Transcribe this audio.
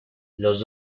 los